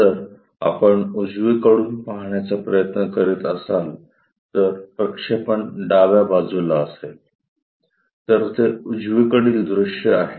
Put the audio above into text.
जर आपण उजवीकडून पाहण्याचा प्रयत्न करीत असाल तर प्रक्षेपण डाव्या बाजूला असेल तर ते उजवीकडील दृश्य आहे